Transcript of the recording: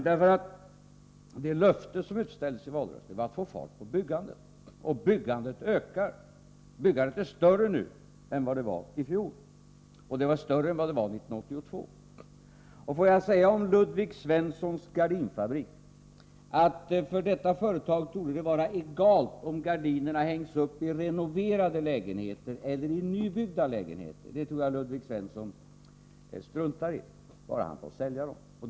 Det löfte som utställdes i valrörelsen var att få fart på byggandet. Och byggandet ökar. Byggandet är större nu än vad det vari fjol, och större än vad det var 1982. Får jag säga om Ludvig Svenssons gardinfabrik att det för detta företag torde vara egalt om gardinerna hängs upp i renoverade lägenheter eller i nybyggda lägenheter. Det tror jag Ludvig Svensson struntar i bara han får sälja dem.